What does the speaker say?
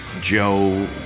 Joe